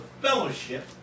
fellowship